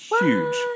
huge